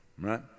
right